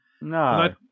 No